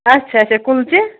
اچھا اچھا کُلچہِ